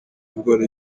ndwara